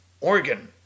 organ